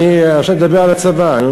אני מדבר על הצבא.